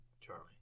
Charlie